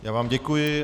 Já vám děkuji.